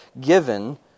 given